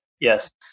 yes